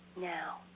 Now